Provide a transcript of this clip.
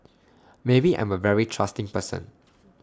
maybe I'm A very trusting person